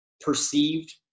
perceived